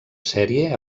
sèrie